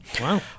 wow